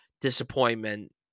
disappointment